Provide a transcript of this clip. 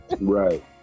right